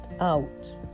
out